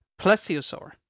plesiosaur